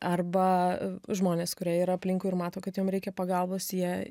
arba žmonės kurie yra aplinkui ir mato kad jom reikia pagalbos jie